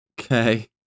Okay